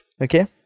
okay